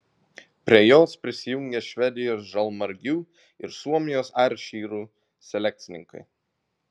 prie jos prisijungė švedijos žalmargių ir suomijos airšyrų selekcininkai